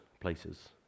places